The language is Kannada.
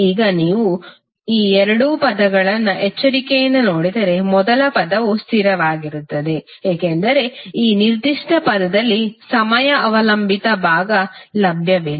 ಈಗ ನೀವು ಈ ಎರಡು ಪದಗಳನ್ನು ಎಚ್ಚರಿಕೆಯಿಂದ ನೋಡಿದರೆ ಮೊದಲ ಪದವು ಸ್ಥಿರವಾಗಿರುತ್ತದೆ ಏಕೆಂದರೆ ಈ ನಿರ್ದಿಷ್ಟ ಪದದಲ್ಲಿ ಸಮಯ ಅವಲಂಬಿತ ಭಾಗ ಲಭ್ಯವಿಲ್ಲ